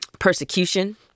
Persecution